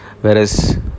whereas